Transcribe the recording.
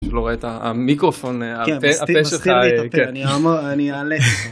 שלא רואה... את המיקרופון, הפה שלך. כן, מסתיר לי את הפה, אני אעלה את זה.